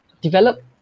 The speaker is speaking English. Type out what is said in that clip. develop